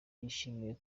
yishimiye